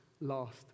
last